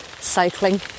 cycling